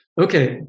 Okay